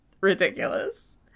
ridiculous